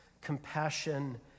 compassion